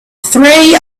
three